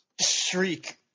shriek